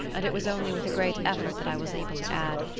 and it was only with a great effort that i was able to add,